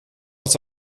het